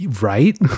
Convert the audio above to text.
right